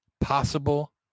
possible